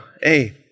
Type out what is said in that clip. Hey